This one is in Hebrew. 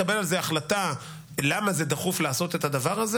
נהרגו בעזה בין 800 ל-900 ילדים.